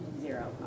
zero